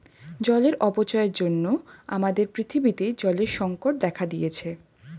জলের অপচয়ের জন্য আমাদের পৃথিবীতে জলের সংকট দেখা দিয়েছে